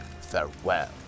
farewell